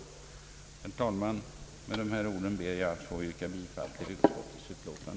Herr talman! Med dessa ord ber jag att få yrka bifall till utskottets hemställan.